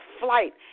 flight